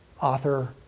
author